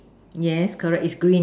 yes correct it's green